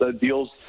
deals